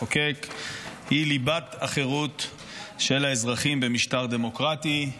היא ליבת החירות של האזרחים במשטר דמוקרטי.